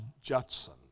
Judson